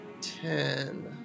ten